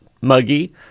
muggy